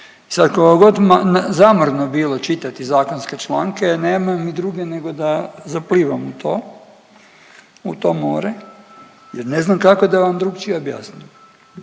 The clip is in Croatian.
koliko god zamorno bilo čitati zakonske članke nema mi druge nego da zaplivam u to, u to more jer ne znam kako da vam drukčije objasnim.